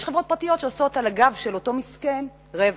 יש חברות פרטיות שעושות על הגב של אותו מסכן רווח.